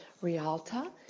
Rialta